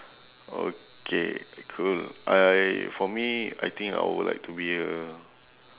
okay cool I for me I think I would like to be a